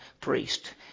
priest